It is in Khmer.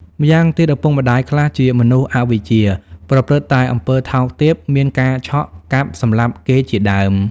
ម្យ៉ាងទៀត ឪពុកម្ដាយខ្លះជាមនុស្សអវិជ្ជា ប្រព្រឹត្តតែអំពើថោកទាប មានការឆក់ កាប់សម្លាប់គេជាដើម ។